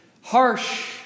harsh